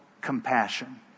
compassion